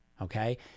Okay